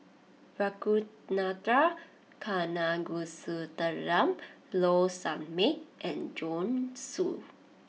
Ragunathar Kanagasuntheram Low Sanmay and Joanne Soo